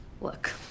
Look